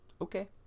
okay